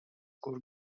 گرگ